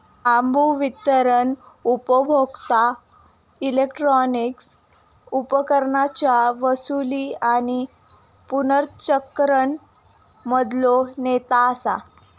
बांबू वितरण उपभोक्ता इलेक्ट्रॉनिक उपकरणांच्या वसूली आणि पुनर्चक्रण मधलो नेता असा